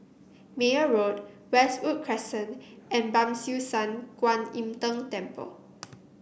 Meyer Road Westwood Crescent and Ban Siew San Kuan Im Tng Temple